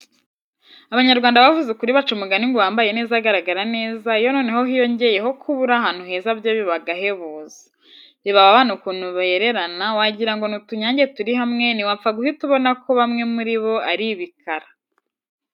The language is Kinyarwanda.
Abanyarwanda bavuze ukuri, baca umugani ngo uwambaye neza agaragara neza; iyo noneho hiyongereyeho kuba uri ahantu heza byo biba ahahebuzo! Reba aba bana ukuntu bererana, wagirango ni utunyange turi hamwe, ntiwapfa guhita ubona ko bamwe muri bo ari ibikara.